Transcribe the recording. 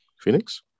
Phoenix